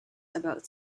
about